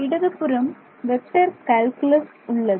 இடதுபுறம் vector calculus உள்ளது